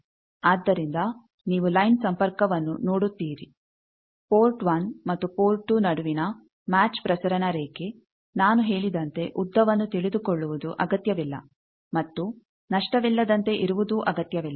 ಆದ್ದರಿಂದ ನೀವು ಲೈನ್ ಸಂಪರ್ಕವನ್ನು ನೋಡುತ್ತೀರಿ ಪೋರ್ಟ್ 1 ಮತ್ತು ಪೋರ್ಟ್ 2 ನಡುವಿನ ಮ್ಯಾಚ್ ಪ್ರಸರಣ ರೇಖೆ ನಾನು ಹೇಳಿದಂತೆ ಉದ್ದವನ್ನು ತಿಳಿದುಕೊಳ್ಳುವುದು ಅಗತ್ಯವಿಲ್ಲ ಮತ್ತು ನಷ್ಟವಿಲ್ಲದಂತೆ ಇರುವುದೂ ಅಗತ್ಯವಿಲ್ಲ